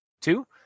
Two